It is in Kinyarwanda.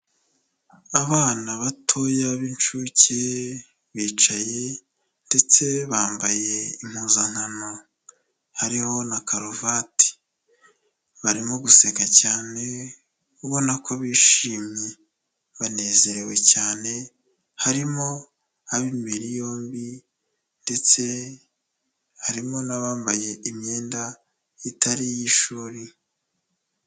Abana batoya b'incuke bicaye ndetse bambaye impuzankano hariho na karuvati, barimo guseka cyane ubona ko bishimye banezerewe cyane harimo ab'imibiri yombi ndetse harimo n'abambaye imyenda itari iy'ishuri.